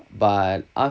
but aft~